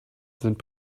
sind